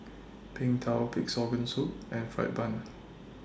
Png Tao Pig'S Organ Soup and Fried Bun